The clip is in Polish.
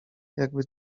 jakby